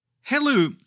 Hello